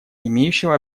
имеющего